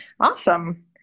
Awesome